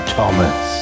Thomas